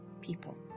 people